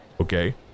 Okay